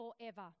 forever